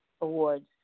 Awards